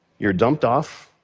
you're dumped off,